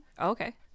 okay